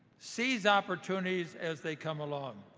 seize opportunities as they come along.